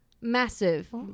massive